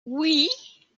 oui